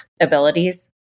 abilities